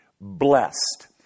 Blessed